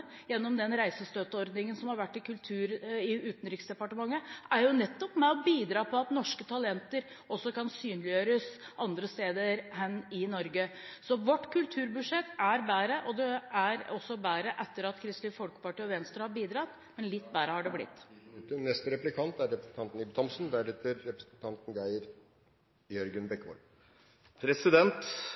gjennom den reisestøtteordningen som har vært i Utenriksdepartementet, er nettopp med på å bidra til at norske talenter kan synliggjøres også andre steder enn i Norge. Så vårt kulturbudsjett er bedre, selv om regjeringens budsjett har blitt litt bedre etter at Kristelig Folkeparti og Venstre har bidratt. Etter åtte år i regjering har Arbeiderpartiet begynt å omtale seg som det store idrettspartiet. Vi har økt tippenøkkelen opp til